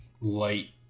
light